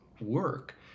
work